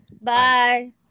Bye